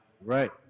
right